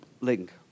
link